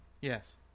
yes